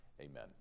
Amen